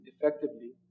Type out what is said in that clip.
effectively